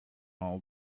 all